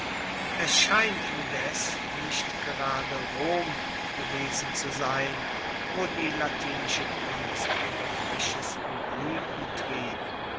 es scheint indes nicht gerade rom gewesen zu sein wo die latinische kunst ihre frischesten